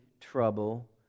trouble